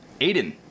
Aiden